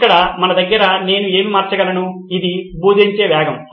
ఇక్కడ మన దగ్గర నేను ఏమి మార్చగలను అది బోధించే వేగం